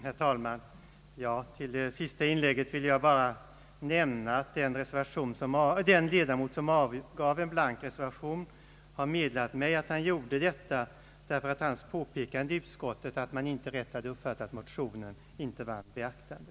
Herr talman! Efter det senaste inlägget vill jag bara säga, att den ledamot som avgav en blank reservation har meddelat mig att han gjorde detta därför att hans påpekande i utskottet, att man inte rätt hade uppfattat motionen, inte vann beaktande.